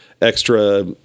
extra